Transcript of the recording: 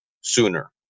sooner